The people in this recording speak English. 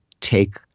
take